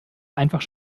einfach